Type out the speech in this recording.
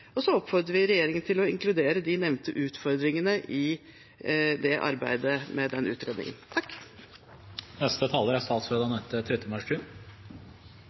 og så oppfordrer vi regjeringen til å inkludere de nevnte utfordringene i arbeidet med utredningen.